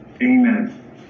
amen